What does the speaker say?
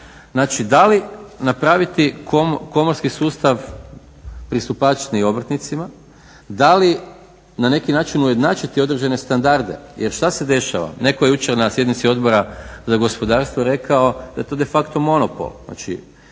znači da li napraviti komorski sustav pristupačniji obrtnicima, da li na neki način ujednačiti određene standarde. Jer šta se dešava? Netko je jučer na sjednici Odbora za gospodarstvo rekao da to de facto monopol. Znači,